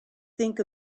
think